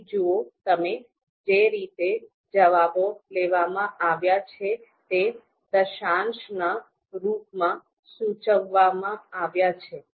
અહીં જોયું તેમ જે રીતે જવાબો લેવામાં આવ્યા છે તે દશાંશના રૂપમાં સૂચવવામાં આવ્યું છે